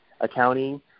accounting